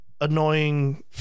annoying